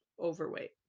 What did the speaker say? overweight